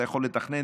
אתה יכול לתכנן,